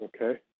Okay